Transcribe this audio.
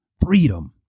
Freedom